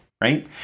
right